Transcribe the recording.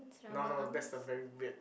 no no that's a very weird